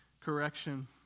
correction